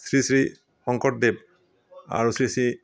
শ্ৰী শ্ৰী শংকৰদেৱ আৰু শ্ৰী শ্ৰী